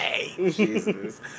Jesus